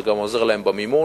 זה גם עוזר להם במימון.